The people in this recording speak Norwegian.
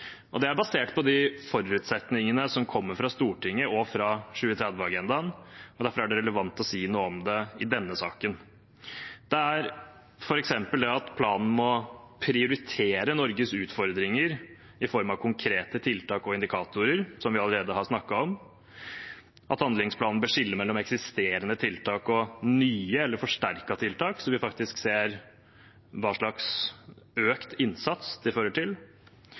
Det er basert på de forutsetningene som kommer fra Stortinget og fra 2030-agendaen, og derfor er det relevant å si noen om det i denne saken. For eksempel må planen prioritere Norges utfordringer i form av konkrete tiltak og indikatorer, som vi allerede har snakket om. Handlingsplanen bør skille mellom eksisterende tiltak og nye eller forsterkede tiltak, så vi faktisk ser hva slags økt innsats det fører til.